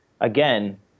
again